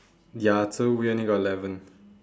ya so we only got eleven